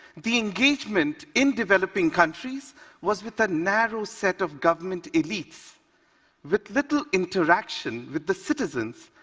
the engagement in developing countries was with a narrow set of government elites with little interaction with the citizens,